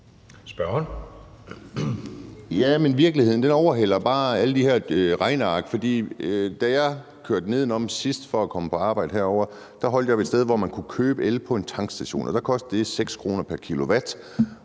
(NB): Ja, men virkeligheden overhaler bare alle de her regneark, for da jeg kørte nedenom sidst for at komme på arbejde herovre, holdt jeg et sted, hvor man kunne købe el på en tankstation. Der kostede det 6 kr. pr. kW,